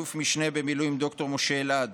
אלוף משנה במילואים, ד"ר משה אלעד,